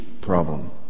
problem